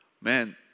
man